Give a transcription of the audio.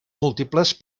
múltiples